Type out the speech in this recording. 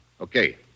Okay